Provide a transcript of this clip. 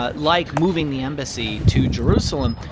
ah like moving the embassy to jerusalem.